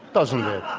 doesn't it?